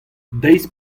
deiz